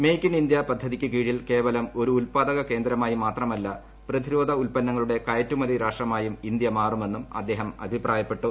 make in India പദ്ധതിയ്ക്ക് കീഴിൽ കേവലം ഒരു ഉല്പാദക കേന്ദ്രമായി മാത്രമല്ല പ്രതിരോധ ഉല്പന്നങ്ങളുടെ കയറ്റുമതി രാഷ്ട്രമായും ഇന്ത്യ മാറുമെന്നും അദ്ദേഹം അഭിപ്രായപ്പെട്ടു